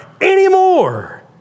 anymore